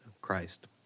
Christ